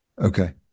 Okay